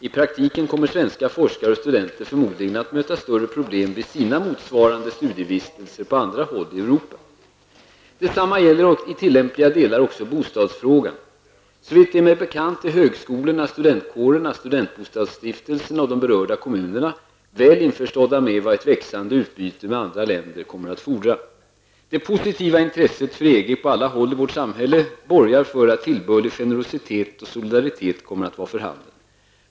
I praktiken kommer svenska forskare och studenter förmodligen att möta större problem vid sina motsvarande studievistelser på andra håll i Europa. Detsamma gäller i tillämpliga delar också bostadsfrågan. Såvitt är mig bekant är högskolorna, studentkårerna, studentbostadsstiftelserna och de berörda kommunerna väl införstådda med vad ett växande utbyte med andra länder kommer att fordra. Det positiva intresset för EG på alla håll i vårt samhälle borgar för att tillbörlig generositet och solidaritet kommer att vara för handen.